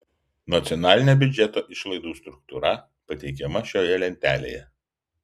nacionalinio biudžeto išlaidų struktūra pateikiama šioje lentelėje